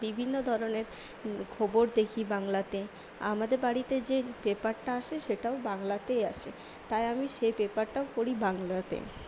বিভিন্ন ধরনের খবর দেখি বাংলাতে আমাদের বাড়িতে যে পেপারটা আসে সেটাও বাংলাতেই আসে তাই আমি সেই পেপারটাও পড়ি বাংলাতে